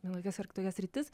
vienokias ar kitokias sritis